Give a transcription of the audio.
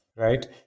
Right